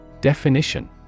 Definition